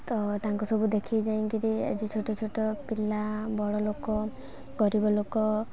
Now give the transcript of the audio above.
ତ ତାଙ୍କ ସବୁ ଦେଖିଚାହିଁକରି ଆଜି ଛୋଟ ଛୋଟ ପିଲା ବଡ଼ ଲୋକ ଗରିବ ଲୋକ